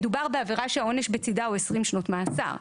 מדובר בעבירה שהעונש בצידה הוא 20 שנות מאסר.